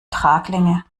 traglinge